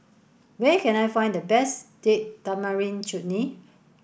where can I find the best Date Tamarind Chutney